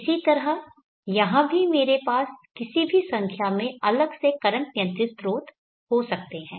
इसी तरह यहां भी मेरे पास किसी भी संख्या में अलग से करंट नियंत्रित स्रोत हो सकते हैं